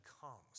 comes